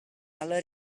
alla